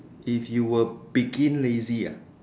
if you were begin lazy ah